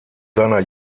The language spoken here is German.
seiner